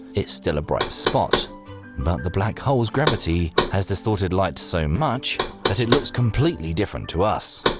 it's still a bright spot but the black holes gravity has distorted light so much that it looks completely different to us.